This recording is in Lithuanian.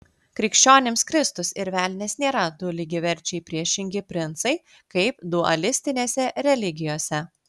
krikščionims kristus ir velnias nėra du lygiaverčiai priešingi princai kaip dualistinėse religijose